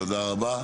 תודה רבה.